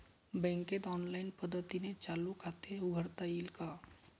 बँकेत ऑनलाईन पद्धतीने चालू खाते उघडता येईल का?